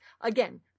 again